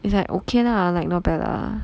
it's like okay lah like not bad lah